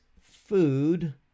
food